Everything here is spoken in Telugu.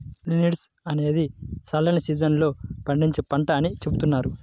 లిన్సీడ్ అనేది చల్లని సీజన్ లో పండించే పంట అని చెబుతున్నారు